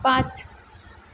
पाच